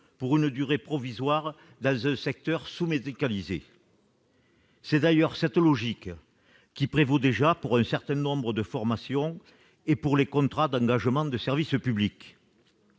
pour une durée provisoire, dans un secteur sous-médicalisé. C'est d'ailleurs cette logique qui prévaut déjà pour un certain nombre de formations et pour les contrats d'engagement de service public.